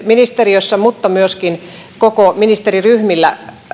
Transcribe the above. ministeriössä mutta myöskin koko ministeriryhmissä